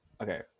Okay